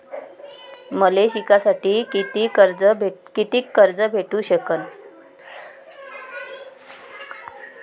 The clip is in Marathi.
मले शिकासाठी कितीक कर्ज भेटू सकन?